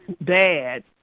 bad